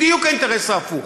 בדיוק האינטרס ההפוך.